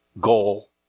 goal